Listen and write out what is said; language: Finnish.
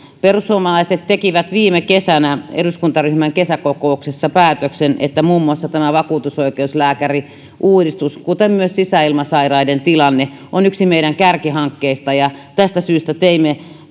perussuomalaiset tekivät viime kesänä eduskuntaryhmän kesäkokouksessa päätöksen että muun muassa tämä vakuutuslääkäriuudistus kuten myös sisäilmasairaiden tilanne on yksi meidän kärkihankkeistamme ja tästä syystä teimme